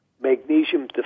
magnesium